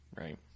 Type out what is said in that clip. Right